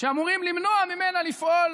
שאמורים למנוע ממנה לפעול